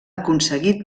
aconseguit